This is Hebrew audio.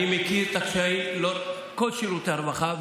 אני מכיר את הקשיים לאורך כל שירותי הרווחה,